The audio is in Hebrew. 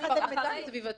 ציפורת,